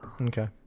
Okay